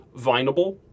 vinable